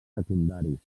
secundaris